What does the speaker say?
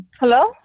Hello